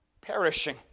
perishing